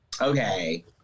Okay